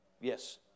Yes